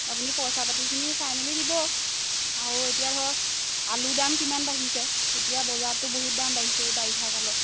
আপুনি পইচা পাতিখিনি চাই মেলি দিব আৰু এতিয়া ধৰক আলু দাম কিমান বাঢ়িছে এতিয়া বজাৰটো বহুত দাম বাঢ়িছে এই বাৰিষা কালত